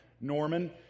Norman